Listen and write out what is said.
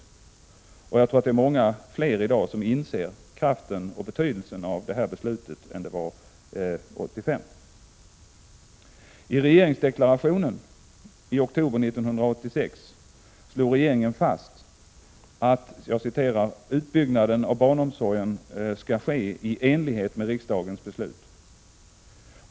Jag tror att det i dag är många fler som inser kraften och betydelsen av det här beslutet än det var 1985. I regeringsdeklarationen i oktober 1986 slog regeringen fast att ”utbyggnaden av barnomsorgen skall ske i enlighet med riksdagens beslut”.